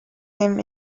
him